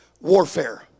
warfare